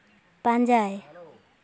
ᱯᱟᱸᱡᱟᱭ